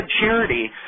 charity